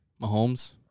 Mahomes